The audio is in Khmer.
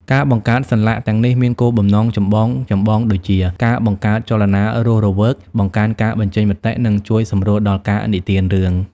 ការបង្កើតសន្លាក់ទាំងនេះមានគោលបំណងចម្បងៗដូចជា ការបង្កើតចលនារស់រវើក បង្កើនការបញ្ចេញមតិ និងជួយសម្រួលដល់ការនិទានរឿង។